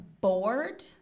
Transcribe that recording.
bored